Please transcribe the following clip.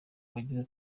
bagize